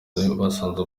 basanze